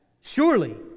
surely